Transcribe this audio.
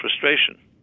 frustration